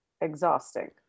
Exhausting